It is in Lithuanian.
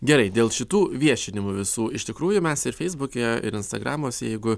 gerai dėl šitų viešinimu visų iš tikrųjų mes ir feisbuke ir instagramuose mūsų jeigu